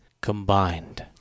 combined